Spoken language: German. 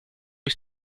ist